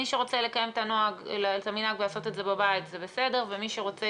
מי שרוצה לקיים את המנהג ולעשות את זה בבית זה בסדר ומי שרוצה